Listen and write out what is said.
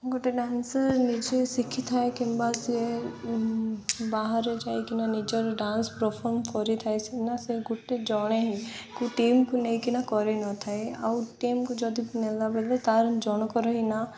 ଗୋଟେ ଡାନ୍ସ ନିଜେ ଶିଖିଥାଏ କିମ୍ବା ସେଏ ବାହାରେ ଯାଇକିନା ନିଜର ଡାନ୍ସ ପରଫର୍ମ କରିଥାଏ ସେନା ସେ ଗୋଟେ ଜଣେ ହିଁ କେଉଁ ଟିମ୍କୁ ନେଇକିନା କରିନଥାଏ ଆଉ ଟିମ୍କୁ ଯଦି ନେଲା ବେଳେ ତା'ର ଜଣକର ହିଁ ନାଁ